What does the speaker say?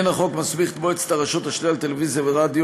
החוק מסמיך את מועצת הרשות השנייה לטלוויזיה ורדיו